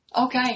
Okay